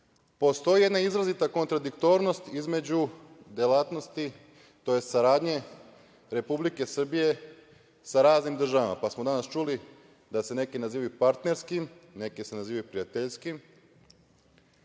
postoji jedna izrazita kontradiktornost između delatnosti, tj. saradnje Republike Srbije sa raznim državama, pa smo danas čuli da se neki nazivaju partnerskim, neki se nazivaju prijateljskim,